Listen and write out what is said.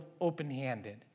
open-handed